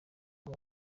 ngo